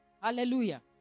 Hallelujah